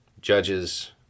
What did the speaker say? judge's